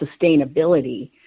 sustainability